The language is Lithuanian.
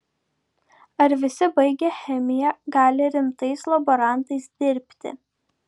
ar visi baigę chemiją gali rimtais laborantais dirbti